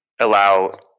allow